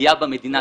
פגיעה במדינה עצמה.